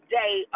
day